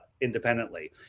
independently